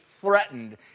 threatened